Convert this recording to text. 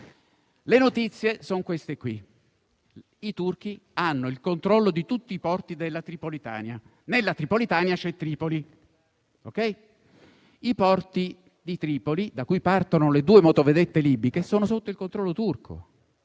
Le notizie sono queste: i turchi hanno il controllo di tutti i porti della Tripolitania e nella Tripolitania c'è Tripoli. I porti di Tripoli, da cui partono le due motovedette libiche, sono sotto il controllo turco.